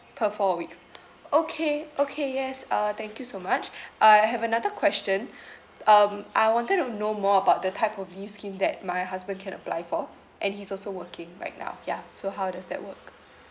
per four weeks okay okay yes uh thank you so much I have another question um I wanted to know more about the type of leave scheme that my husband can apply for and he's also working right now yeah so how does that work